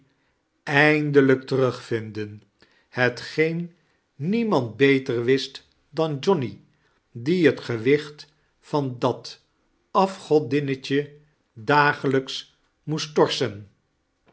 eindelijk terugvinden hetgeen niemand beter wist dan johnny die het gewicht van dat afgodinnetje dagelijks moest torsen